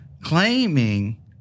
claiming